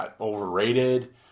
Overrated